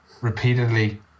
repeatedly